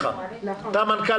הוא אמר לך: אותו דבר.